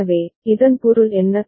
எனவே இதன் பொருள் என்ன